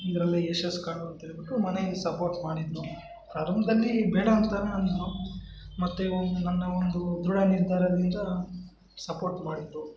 ಇದರಲ್ಲೆ ಯಶಸ್ಸು ಕಾಣು ಅಂತ ಹೇಳ್ಬಿಟ್ಟು ಮನೆಯಲ್ಲಿ ಸಪೋರ್ಟ್ ಮಾಡಿದರು ಪ್ರಾರಂಭದಲ್ಲಿ ಬೇಡ ಅಂತಾನೇ ಅಂದರೂ ಮತ್ತು ನನ್ನ ಒಂದು ದೃಢ ನಿರ್ಧಾರದಿಂದ ಸಪೋರ್ಟ್ ಮಾಡಿದರು